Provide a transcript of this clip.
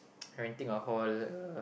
renting a hall a